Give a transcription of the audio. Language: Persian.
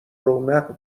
رونق